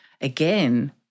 again